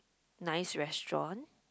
nice restaurant